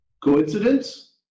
Coincidence